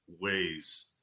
ways